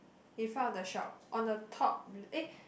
in front of the shop on the top eh